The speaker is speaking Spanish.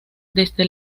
desde